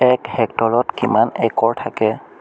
এক হেক্টৰত কিমান একৰ থাকে